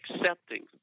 accepting